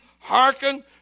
hearken